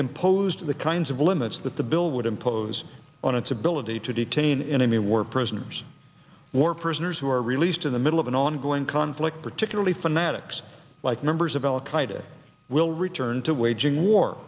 imposed the kinds of limits that the bill would impose on its ability to detain enemy war prisoners of war prisoners who are released in the middle of an ongoing conflict particularly fanatics like members of al qaeda will return to waging war